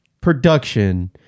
production